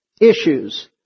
issues